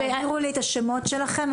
תעבירו לי את השמות שלכם.